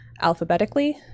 alphabetically